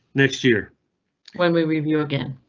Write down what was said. next year when we leave you again?